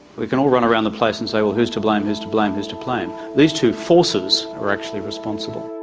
we can all run around the place and say well who's to blame, who's to blame, who's to blame? these two forces are actually responsible.